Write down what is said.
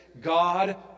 God